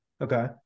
Okay